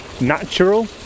natural